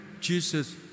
Jesus